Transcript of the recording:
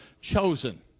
chosen